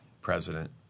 president